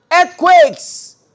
Earthquakes